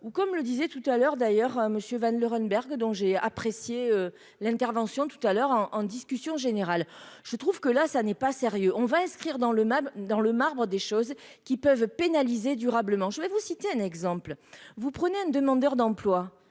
ou comme le disait tout à l'heure d'ailleurs Monsieur Vanlerenberghe dont j'ai apprécié l'intervention tout à l'heure en en discussion générale, je trouve que là, ça n'est pas sérieux, on va inscrire dans le même dans le marbre des choses qui peuvent pénaliser durablement, je vais vous citer un exemple, vous prenez un demandeur d'emploi